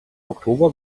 oktober